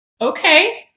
okay